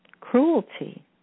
cruelty